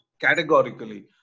categorically